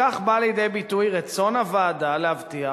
בכך בא לידי ביטוי רצון הוועדה להבטיח